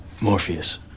Morpheus